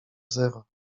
zero